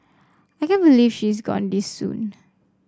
I can't believe she is gone this soon